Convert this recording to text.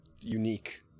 unique